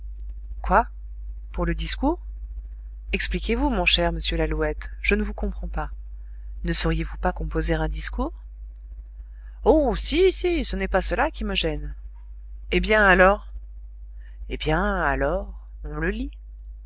quoi pour le discours expliquez-vous mon cher monsieur lalouette je ne vous comprends pas ne sauriez-vous pas composer un discours oh si si ce n'est pas cela qui me gêne eh bien alors eh bien alors on le lit